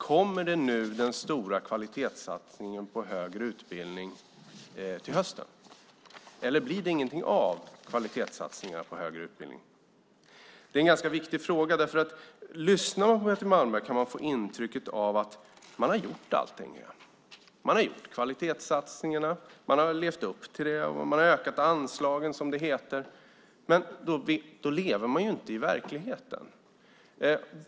Kommer den stora kvalitetssatsningen på högre utbildning till hösten, eller blir det ingenting av kvalitetssatsningarna på högre utbildning? Det är en ganska viktig fråga därför att när man lyssnar på Betty Malmberg kan man få intrycket av att allting redan har gjorts. Man har gjort kvalitetssatsningarna. Man har levt upp till det här. Man har ökat anslagen, som det heter. Men då lever man inte i verkligheten.